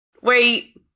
wait